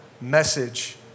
message